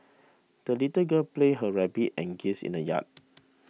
the little girl played her rabbit and geese in the yard